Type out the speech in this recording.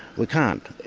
we can't.